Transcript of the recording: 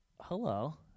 Hello